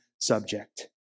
subject